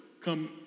come